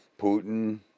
Putin